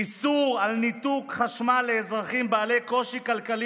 איסור ניתוק חשמל לאזרחים בעלי קושי כלכלי